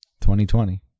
2020